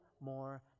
more